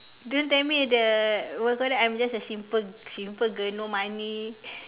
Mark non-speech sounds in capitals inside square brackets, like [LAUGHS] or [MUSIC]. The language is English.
don't tell me the what you call that I'm just a simple simple girl no money [LAUGHS]